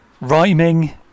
rhyming